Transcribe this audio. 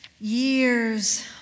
Years